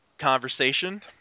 Conversation